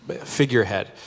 figurehead